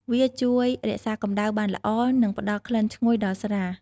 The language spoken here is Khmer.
វាជួយរក្សាកំដៅបានល្អ និងផ្ដល់ក្លិនឈ្ងុយដល់ស្រា។